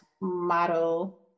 Model